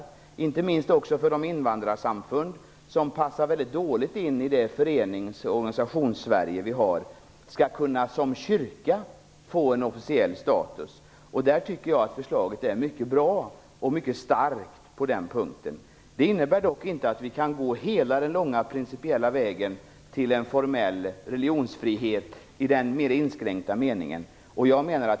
Detta gäller inte minst de invandrarsamfund som passar väldigt dåligt in i det Förenings och Organisationssverige som vi har och deras möjligheter att få en officiell status som kyrkor. På den punkten tycker jag att förslaget är mycket bra och mycket starkt. Det innebär dock inte att vi kan gå hela den långa principiella vägen till en formell religionsfrihet i mer inskränkt mening.